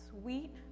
sweet